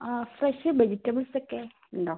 ആ ഫ്രഷ് വെജിറ്റബിൾസൊക്കെ ഉണ്ടോ